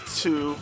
two